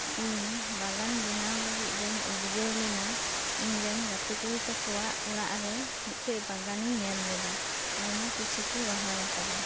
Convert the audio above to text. ᱤᱧ ᱵᱟᱜᱟᱱ ᱵᱮᱱᱟᱣᱤᱧ ᱞᱟᱜᱤᱫ ᱡᱟᱧ ᱩᱫᱽᱜᱟᱹᱣ ᱞᱮᱱᱟ ᱤᱧᱨᱮᱱ ᱜᱟᱛᱮ ᱠᱩᱲᱤ ᱛᱟᱠᱚᱣᱟᱜ ᱚᱲᱟᱜ ᱨᱮ ᱢᱤᱫ ᱴᱮᱱ ᱵᱟᱜᱟᱱᱤᱧ ᱧᱮᱞ ᱞᱮᱫᱟ ᱟᱭᱢᱟ ᱠᱤᱪᱷᱩ ᱠᱚ ᱨᱚᱦᱚᱭ ᱟᱠᱟᱫᱟ